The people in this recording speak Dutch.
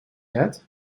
het